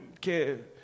que